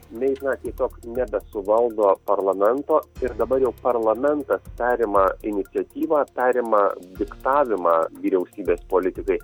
mei na tiesiog nebesuvaldo parlamento ir dabar jau parlamentas perima iniciatyvą tariamą diktavimą vyriausybės politikai